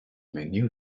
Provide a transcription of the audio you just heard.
menu